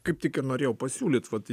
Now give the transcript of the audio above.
kaip tik ir norėjau pasiūlyti vat